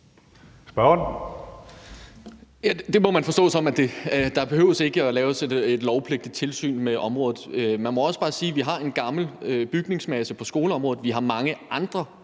(SF): Det må man forstå, som at der ikke behøves at laves et lovpligtigt tilsyn med området. Man må også bare sige, at vi har en gammel bygningsmasse på skoleområdet. Vi har mange andre